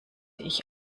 ich